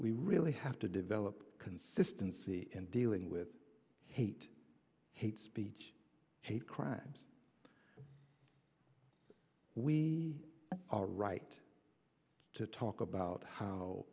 we really have to develop consistency in dealing with hate hate speech hate crimes we are right to talk about how